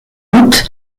août